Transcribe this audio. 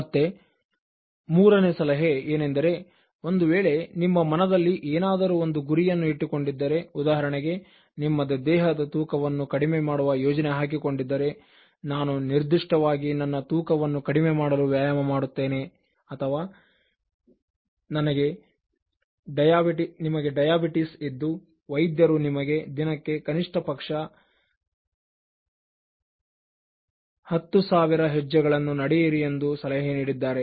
ಮತ್ತೆ ಮೂರನೇ ಸಲಹೆ ಏನೆಂದರೆ ಒಂದು ವೇಳೆ ನಿಮ್ಮ ಮನದಲ್ಲಿ ಏನಾದರೂ ಒಂದು ಗುರಿಯನ್ನು ಇಟ್ಟುಕೊಂಡಿದ್ದರೆ ಉದಾಹರಣೆಗೆ ನಿಮ್ಮ ದೇಹದ ತೂಕವನ್ನು ಕಡಿಮೆ ಮಾಡುವ ಯೋಜನೆ ಹಾಕಿಕೊಂಡಿದ್ದರೆ ನಾನು ನಿರ್ದಿಷ್ಟವಾಗಿ ನನ್ನ ತೂಕವನ್ನು ಕಡಿಮೆ ಮಾಡಲು ವ್ಯಾಯಾಮ ಮಾಡುತ್ತೇನೆ ಅಥವಾ ನಿಮಗೆ ಡಯಾಬಿಟಿಸ್ ಇದ್ದು ವೈದ್ಯರು ನಿಮಗೆ ದಿನಕ್ಕೆ ಕನಿಷ್ಠ ಪಕ್ಷ ಪ್ರತಿದಿನ 10000 ಹೆಜ್ಜೆಗಳನ್ನು ನಡೆಯಿರಿ ಎಂದು ಸಲಹೆ ನೀಡಿದ್ದಾರೆ